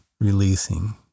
releasing